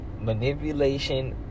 manipulation